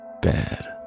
Bad